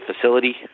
facility